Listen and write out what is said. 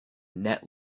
net